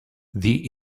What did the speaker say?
the